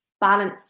balance